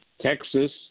Texas